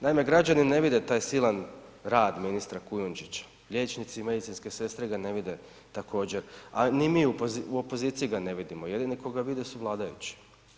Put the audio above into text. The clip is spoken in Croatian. Naime, građani ne vide taj silan rad ministara Kujundžića, liječnici i medicinske sestre ga ne vide također a ni u opoziciji ga ne vidimo, jedino tko ga vidi su vladajući.